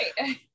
Right